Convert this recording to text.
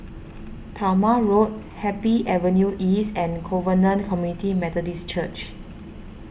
Talma Road Happy Avenue East and Covenant Community Methodist Church